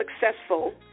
successful